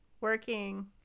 working